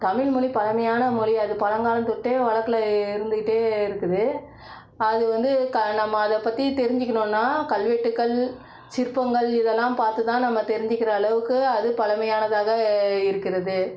தமிழ் மொழி பழமையான மொழி அது பழங்காலத்துட்டே வழக்குல இருந்துகிட்டே இருக்குது அது வந்து நம்ம அதை பற்றி தெரிஞ்சுக்குணுன்னா கல்வெட்டுக்கள் சிற்பங்கள் இதெல்லாம் பார்த்து தான் நம்ம தெரிஞ்சுக்கிற அளவுக்கு அது பழமையானதாக இருக்கிறது